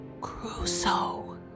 Crusoe